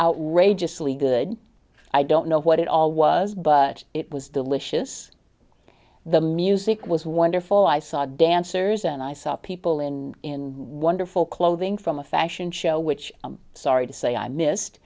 outrageously good i don't know what it all was but it was delicious the music was wonderful i saw dancers and i saw people in wonderful clothing from a fashion show which i'm sorry to say i missed